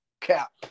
Cap